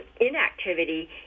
inactivity